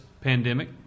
pandemic